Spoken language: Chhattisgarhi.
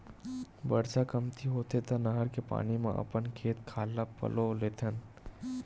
बरसा कमती होथे त नहर के पानी म अपन खेत खार ल पलो लेथन